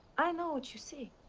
i know what you see.